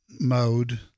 mode